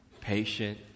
Patient